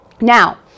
Now